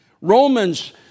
Romans